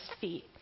feet